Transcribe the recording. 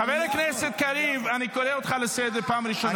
חבר הכנסת קריב, אני קורא אותך לסדר פעם ראשונה.